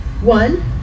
One